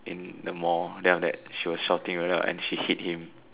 in the Mall then after that she was shouting right then and she hit him